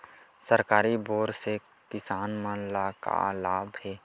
सरकारी बोर से किसान मन ला का लाभ हे?